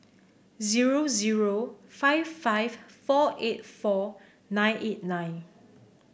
zero zero five five four eight four nine eight nine